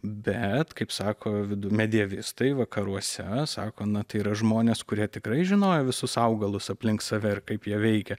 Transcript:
bet kaip sako vidu medievistai vakaruose sako na tai yra žmonės kurie tikrai žinojo visus augalus aplink save ir kaip jie veikia